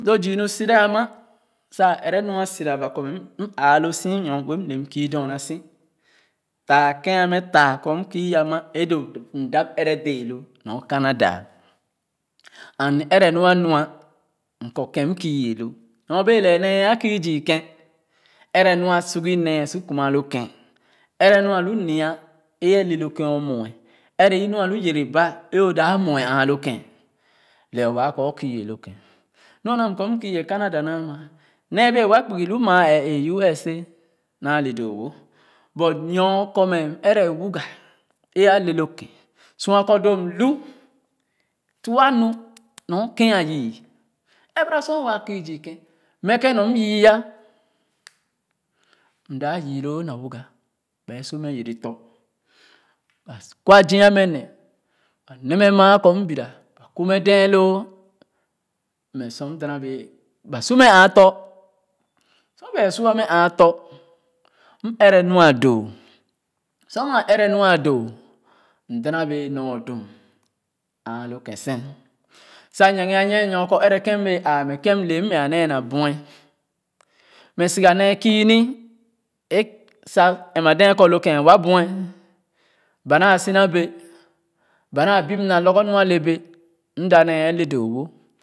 Lo zu sira ama sa ɛrɛ nu a sura ba kɔ m m aa lo su nyome m lem kii dorna su tah kèn a mɛ fah kɔ m kii ama e doo m dap ɛrɛ dee lo nu. Canada and vɛrɛ nu a nua m kɔ kèn m kii-ye lo nyorbee lee nee ɛ kù zii kèn ɛrɛ nu a sua-gi nee su kuma lo kèn ɛrɛ nu a lo nya e ale lo kèn o mue ɛrɛ inu a lu yereba e o dap mue āā lo kèn lɛɛ waa kɔ o ku lo kèn nu a mua m ko n ku e canada naa ma nee bee wa kpugi nu maa ɛɛh e us sèi naa le doo-wo but nyorkɔ mɛ m ɛrɛ wuga e a le lo kèn sua kɔ doo nuu tuah nu nyor kèn a yii ɛrɛ ba sor waa kii zii keh m kèn nu m yii yah m dap yii lo na wuga bɛ su mɛ yere tɔ̃ ba kwa zia mɛ nee ba ne mɛ maa kɔ mbura ba kumɛ dee loo mɛ su m da na bee ba su mɛ āā tɔ̃ sor ba su a me āātɔ mɛrɛ nu a doo sor maa ɛrɛ nu a doo m dana bee nor dum āā lo kèn sèn sa nyigea nyie nyor kɔ ɛrɛ kèn m bee aa mɛ kèn m cee mɛ a nee na bue mɛ suga nee kii ni e sa enma dee kɔ lo kèn wa bue ba naa sina bee ba naa bip naaa lorgor nu a le bee m da nee le doo-wo.